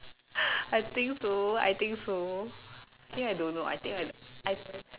I think so I think so I think I don't know I think I I